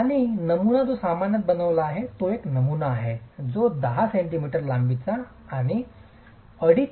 आणि नमुना जो सामान्यतः बनविला जातो तो एक नमुना आहे जो 10 cm लांबीचा आणि 2